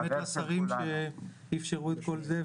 תודה גם לשרים שאפשרו את כל זה,